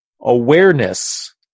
awareness